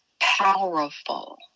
powerful